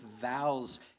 vows